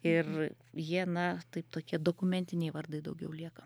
ir jie na taip tokie dokumentiniai vardai daugiau lieka